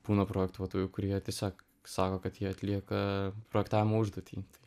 būna projektuotojų kurie tiesiog sako kad jie atlieka projektavimo užduotį tai